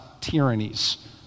tyrannies